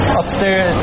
upstairs